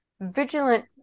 Vigilant